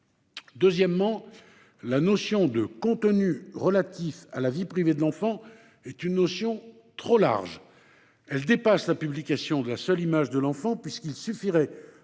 Deuxièmement, la notion de « contenus relatifs à la vie privée de l'enfant » est trop large : elle dépasse la publication de la seule image de l'enfant, puisqu'il suffirait